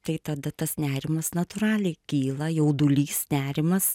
tai tada tas nerimas natūraliai kyla jaudulys nerimas